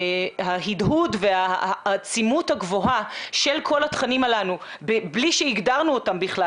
ההדהוד והעצימות הגבוהה של כל התכנים הללו בלי שהגדרנו אותם בכלל,